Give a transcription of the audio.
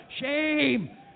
Shame